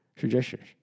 Suggestions